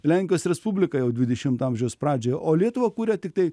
lenkijos respubliką jau dvidešimto amžiaus pradžioje o lietuvą kuria tiktai